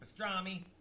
pastrami